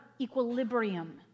equilibrium